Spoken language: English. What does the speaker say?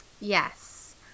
Yes